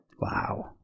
Wow